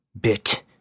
Bit